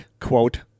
quote